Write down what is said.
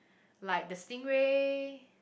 like the stingray